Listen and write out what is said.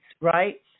right